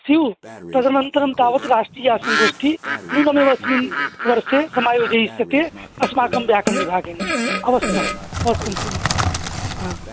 स्यु तदन्तरं तावत् राष्ट्रियसंङ्गोष्ठिः नूनमेव अस्मिन् वर्से समायोजियस्यते अस्माकं व्याकरणविभागेन अवश्यं अवश्यम् श्रीमन् आम्